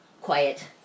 quiet